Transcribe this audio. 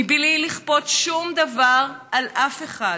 בלי לכפות שום דבר על אף אחד.